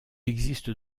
existe